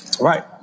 Right